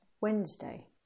Wednesday